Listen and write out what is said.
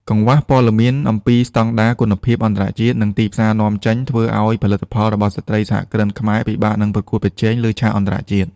កង្វះព័ត៌មានអំពីស្តង់ដារគុណភាពអន្តរជាតិ និងទីផ្សារនាំចេញ ធ្វើឱ្យផលិតផលរបស់ស្ត្រីសហគ្រិនខ្មែរពិបាកនឹងប្រកួតប្រជែងលើឆាកអន្តរជាតិ។